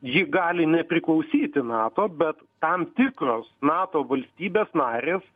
ji gali nepriklausyti nato bet tam tikros nato valstybės narės